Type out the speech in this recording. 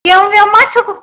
کیوٚم ویوٚم ما چھُکھ